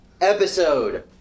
episode